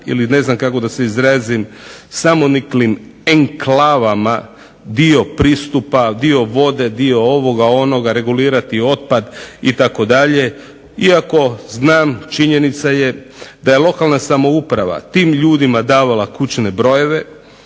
ili ne znam kako da se izrazim samoniklim enklavama, dio vode, dio ovoga onoga, regulirati otpad itd, iako znam činjenica je da je lokalna samouprava tim ljudima davala kućne brojeve,